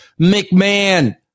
McMahon